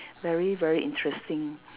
very very interesting